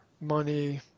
money